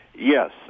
yes